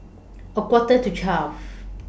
A Quarter to twelve